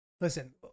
listen